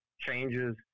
changes